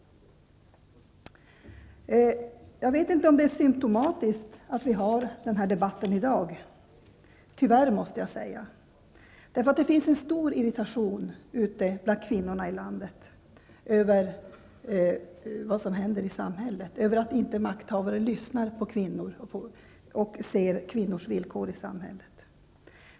Jag vet inte om det är symptomatiskt att vi har denna debatt i dag. Det finns nämligen en stor irritation bland kvinnorna ute i landet över vad som händer i samhället, över att inte makthavare lyssnar på kvinnor och ser kvinnors villkor i samhället.